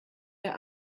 der